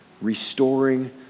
restoring